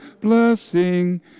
blessing